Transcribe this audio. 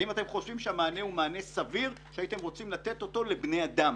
האם אתם חושבים שהמענה הוא מענה סביר שהייתם רוצים לתת אותו לבני אדם,